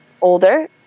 older